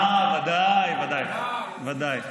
אה, ודאי, ודאי.